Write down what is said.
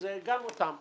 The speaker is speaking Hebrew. גם אותם נייצג.